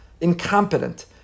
incompetent